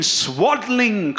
swaddling